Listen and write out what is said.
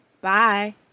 Bye